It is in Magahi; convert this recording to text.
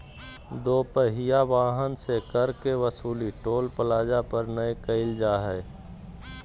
दो पहिया वाहन से कर के वसूली टोल प्लाजा पर नय कईल जा हइ